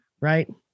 Right